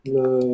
le